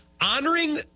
honoring